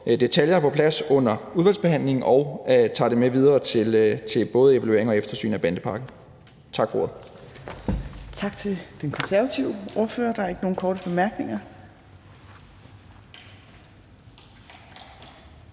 detaljer på plads under udvalgsbehandlingen og tager det med videre til både evaluering og eftersyn af bandepakken. Tak for ordet.